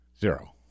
zero